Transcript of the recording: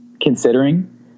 considering